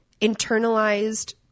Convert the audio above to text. internalized